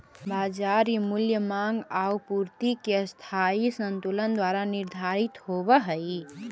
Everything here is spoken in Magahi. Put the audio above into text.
बाजार मूल्य माँग आउ पूर्ति के अस्थायी संतुलन द्वारा निर्धारित होवऽ हइ